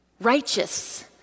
righteous